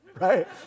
right